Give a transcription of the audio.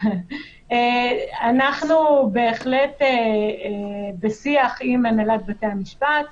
אנחנו בשיח עם הנהלת בתי המשפט,